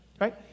Right